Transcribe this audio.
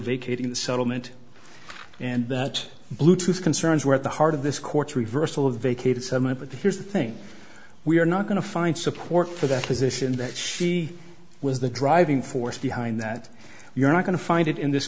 vacating the settlement and that blue tooth concerns were at the heart of this court's reversal of vacated semite but here's the thing we are not going to find support for that position that she was the driving force behind that you're not going to find it in this